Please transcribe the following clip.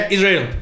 Israel